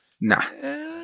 Nah